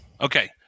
Okay